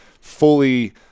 fully